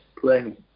playing